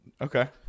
Okay